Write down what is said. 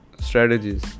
strategies